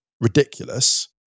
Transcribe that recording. ridiculous